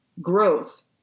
growth